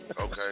Okay